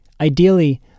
Ideally